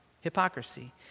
Hypocrisy